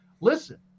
Listen